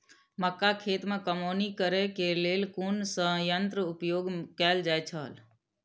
मक्का खेत में कमौनी करेय केय लेल कुन संयंत्र उपयोग कैल जाए छल?